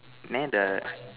the